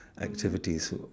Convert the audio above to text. activities